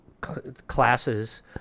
classes